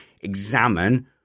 examine